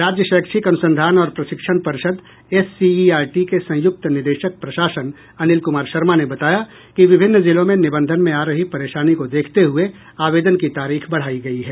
राज्य शैक्षिक अनुसंधान और प्रशिक्षण परिषद एससीईआरटी के संयुक्त निदेशक प्रशासन अनिल कुमार शर्मा ने बताया कि विभिन्न जिलों में निबंधन में आ रही परेशानी को देखते हुए आवेदन की तारीख बढ़ाई गयी है